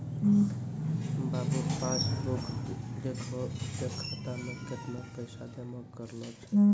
बाबू passbook देखहो तें खाता मे कैतना पैसा जमा करलो छै